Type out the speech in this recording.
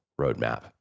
roadmap